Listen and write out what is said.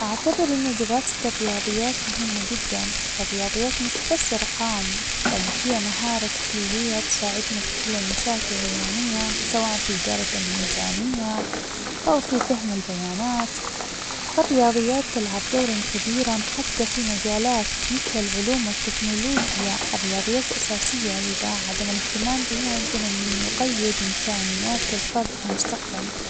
أعتبر إنو دراسة الرياضيات مهمة جداً، فالرياضيات مش بس أرقام بل هي مهارة تحليلية تساعدنا في حل المشاكل اليومية سواءً في إداراة الميزانية أو في فهم البيانات، فالرياضيات تلعب دوراً كبيراً حتى في مجالات مثل العلوم والتكنولوجيا الرياضيات أساسية لذا عدم الاهتمام بها يمكن أن يقيد إمكانيات الفرد في المستقبل.